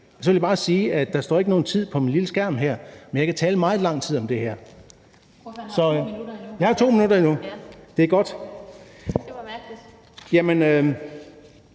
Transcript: så vil jeg bare sige, at der ikke står nogen tid på min lille skærm her, men jeg kan tale meget lang tid om det her. (Den fg. formand (Annette Lind): Det